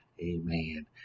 Amen